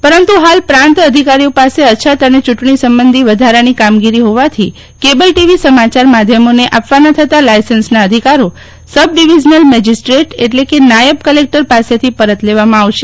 પરંતુ ફાલ પ્રાંત અધિકારીઓ પાસે અછત અને ચૂંટણી સંબંધી વધારાની કામગીરી જોવાથી કેબલ ટીવી સમાચાર માધ્યમોને આપવાના થતા લાયસન્સના અધિકારો સબ ડિવિઝનલ મેજિસ્ટ્રેટ એટલે કે નાયબ કલેક્ટર પાસેથી પરત લેવામાં આવે છે